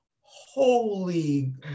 holy